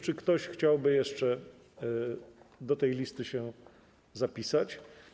Czy ktoś chciałby jeszcze do tej listy się dopisać?